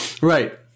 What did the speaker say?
right